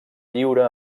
lliure